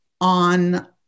on